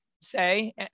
say